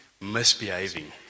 misbehaving